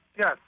Yes